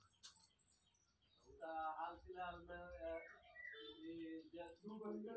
सफेद चना पोषक तत्व सं भरपूर होइ छै